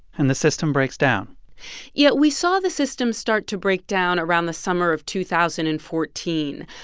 and the system breaks down yeah. we saw the system start to break down around the summer of two thousand and fourteen.